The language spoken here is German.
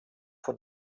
von